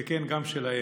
וכן, גם שלהם.